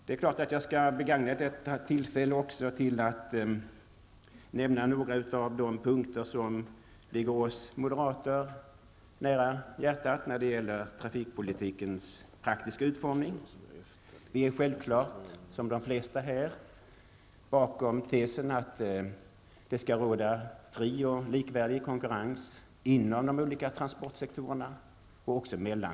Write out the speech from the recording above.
Det är klart att jag också skall bagagna detta tillfälle till att nämna några av de punkter som ligger oss moderater nära hjärtat när det gäller trafikpolitikens praktiska utformning. Vi står självfallet, som de flesta här, bakom tesen att det skall råda fri och likvärdig konkurrens inom och mellan de olika transportsektorerna.